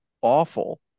awful